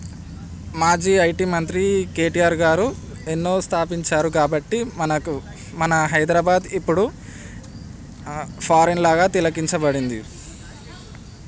మాజీ ఐటీ మంత్రి కేటీఆర్ గారు ఎన్నో స్థాపించారు కాబట్టి మనకు మన హైదరాబాద్ ఇప్పుడు ఫారెన్ లాగా తిలకించబడింది